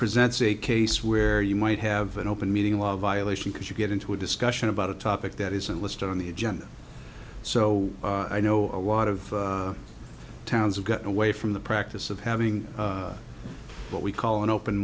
presents a case where you might have an open meeting a lot of violation because you get into a discussion about a topic that isn't listed on the agenda so i know a lot of towns have gotten away from the practice of having what we call an open